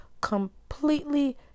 completely